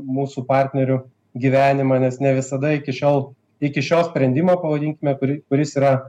mūsų partnerių gyvenimą nes ne visada iki šiol iki šio sprendimo pavadinkime kuri kuris yra